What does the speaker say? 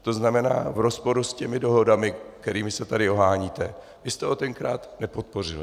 To znamená, v rozporu s těmi dohodami, kterými se tady oháníte, vy jste ho tenkrát nepodpořili.